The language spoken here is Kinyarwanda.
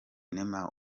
neema